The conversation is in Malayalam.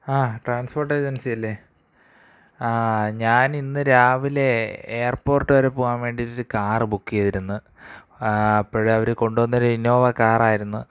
ആ ട്രാൻസ്പോർട്ട് എജൻസിയല്ലേ ഞാനിന്ന് രാവിലെ എയർ പോർട്ട് വരെ പോവാൻ വേണ്ടിയിട്ട് കാര് ബൂക്കെയ്തിരുന്നു അപ്പോള് അവര് കൊണ്ടുവന്നൊരു ഇന്നോവ കാറായിരുന്നു